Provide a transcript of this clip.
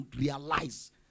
realize